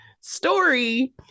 story